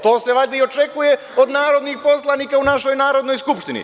To se valjda i očekuje od narodnih poslanika u našoj Narodnoj skupštini.